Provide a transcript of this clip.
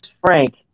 Frank